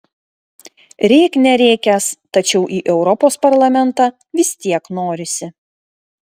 rėk nerėkęs tačiau į europos parlamentą vis tiek norisi